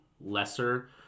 lesser